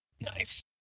Nice